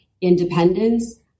independence